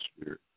spirit